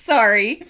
Sorry